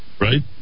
Right